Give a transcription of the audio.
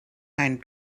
end